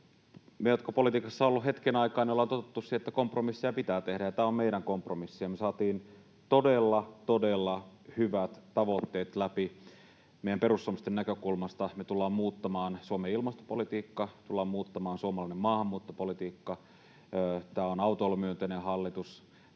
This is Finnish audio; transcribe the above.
me, jotka politiikassa olemme olleet hetken aikaa, ollaan totuttu siihen, että kompromisseja pitää tehdä, ja tämä on meidän kompromissimme. Me saatiin todella, todella hyvät tavoitteet läpi meidän perussuomalaisten näkökulmasta. Me tullaan muuttamaan Suomen ilmastopolitiikka, tullaan muuttamaan suomalainen maahanmuuttopolitiikka, tämä on autoilumyönteinen hallitus.